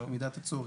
במידת הצורך.